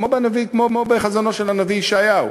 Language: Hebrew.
כמו בחזונו של הנביא ישעיהו,